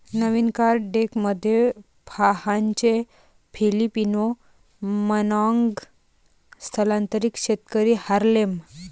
नवीन card डेकमध्ये फाहानचे Filipino manong स्थलांतरित शेतकरी हार्लेम